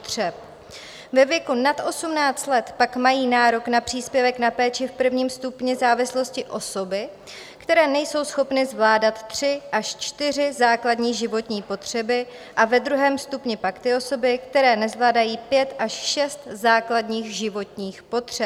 Ve věku nad 18 let pak mají nárok na příspěvek na péči v prvním stupni závislosti osoby, které nejsou schopny zvládat tři až čtyři základní životní potřeby, a ve druhém stupni pak ty osoby, které nezvládají pět až šest základních životních potřeb.